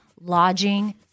lodging